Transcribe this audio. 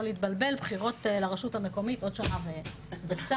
לא להתבלבל בחירות לרשות המקומית עוד שנה וקצת,